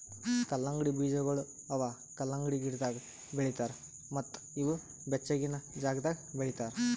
ಕಲ್ಲಂಗಡಿ ಬೀಜಗೊಳ್ ಅವಾ ಕಲಂಗಡಿ ಗಿಡದಾಗ್ ಬೆಳಿತಾರ್ ಮತ್ತ ಇವು ಬೆಚ್ಚಗಿನ ಜಾಗದಾಗ್ ಬೆಳಿತಾರ್